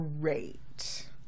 great